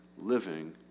living